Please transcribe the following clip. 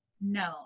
No